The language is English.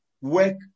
work